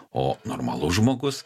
o normalus žmogus